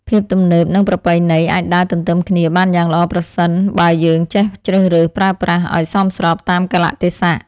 ភាពទំនើបនិងប្រពៃណីអាចដើរទន្ទឹមគ្នាបានយ៉ាងល្អប្រសិនបើយើងចេះជ្រើសរើសប្រើប្រាស់ឱ្យសមស្របតាមកាលៈទេសៈ។